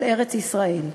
אל ארץ-ישראל.